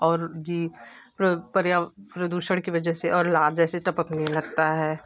और ये प्रदूषण की वजह और लार जैसे टपकने लगता है